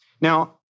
Now